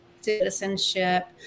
citizenship